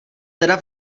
teda